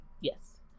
Yes